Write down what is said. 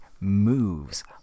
moves